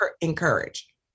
encourage